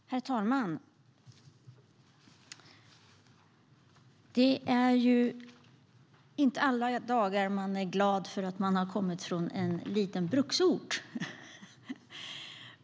Herr talman! Det är inte alla dagar man är glad för att man kommer från en liten bruksort.